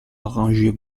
arranger